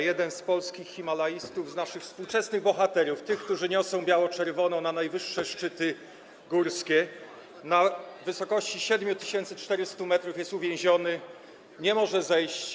Jeden z polskich himalaistów, z naszych współczesnych bohaterów, tych, którzy niosą biało-czerwoną na najwyższe szczyty górskie, na wysokości 7400 m jest uwięziony, nie może zejść.